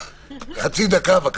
חצי דקה, בבקשה.